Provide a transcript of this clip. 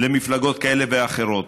למפלגות כאלה ואחרות,